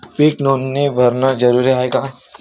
पीक नोंदनी भरनं जरूरी हाये का?